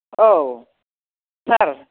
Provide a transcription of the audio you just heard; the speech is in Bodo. औ सार